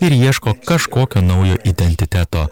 ir ieško kažkokio naujo identiteto